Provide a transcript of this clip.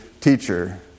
teacher